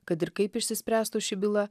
kad ir kaip išsispręstų ši byla